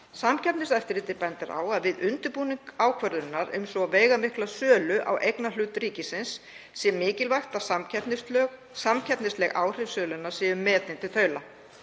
Samkeppniseftirlitið bendir á að við undirbúning ákvörðunar um svo veigamikla sölu á eignarhlut ríkisins sé mikilvægt að samkeppnisleg áhrif sölunnar séu metin í þaula